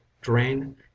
drain